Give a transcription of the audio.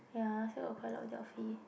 ya last year got quite a lot of